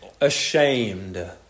ashamed